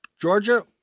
Georgia